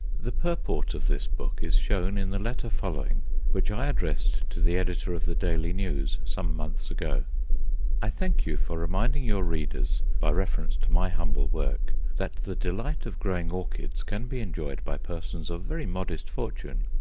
the purport of this book is shown in the letter following which i addressed to the editor of the daily news some months ago i thank you for reminding your readers, by reference to my humble work, that the delight of growing orchids can be enjoyed by persons of very modest fortune.